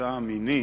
ב"מוצא המינים",